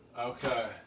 okay